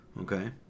Okay